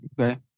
Okay